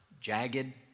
jagged